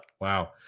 Wow